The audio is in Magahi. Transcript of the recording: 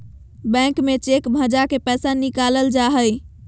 बैंक में चेक भंजा के पैसा निकालल जा हय